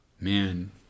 man